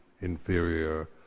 inferior